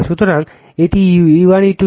সুতরাং এটি E1 E2